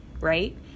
Right